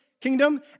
kingdom